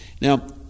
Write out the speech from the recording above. Now